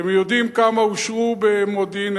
אתם יודעים כמה אושרו במודיעין-עילית,